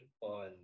on